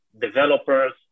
developers